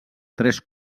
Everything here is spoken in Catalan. tres